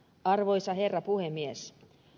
arvoisa herra puhemies